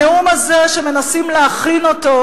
הנאום הזה, שמנסים להכין אותו,